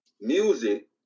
music